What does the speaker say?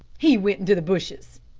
he went into the bushes.